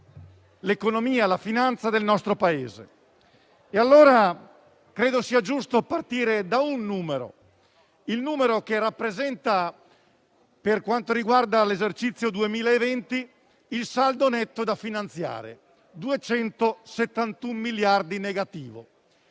l'economia e la finanza del nostro Paese. Ritengo sia giusto partire da un numero, quello che rappresenta, per quanto riguarda l'esercizio 2020, il saldo netto da finanziare: negativo